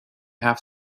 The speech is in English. have